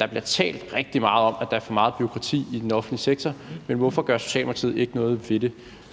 Der bliver talt rigtig meget om, at der er for meget bureaukrati i den offentlige sektor, men hvorfor gør Socialdemokratiet ikke noget ved det?